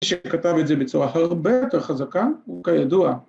‫מי שכתב את זה בצורה ‫הרבה יותר חזקה הוא כידוע.